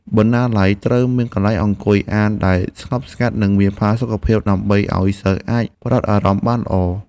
បណ្ណាល័យត្រូវមានកន្លែងអង្គុយអានដែលស្ងប់ស្ងាត់និងមានផាសុកភាព ដើម្បីឱ្យសិស្សអាចផ្តោតអារម្មណ៍បានល្អ។